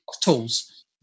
tools